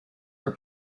are